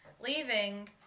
leaving